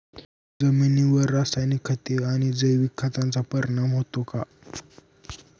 जमिनीवर रासायनिक खते आणि जैविक खतांचा परिणाम होतो का?